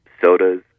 sodas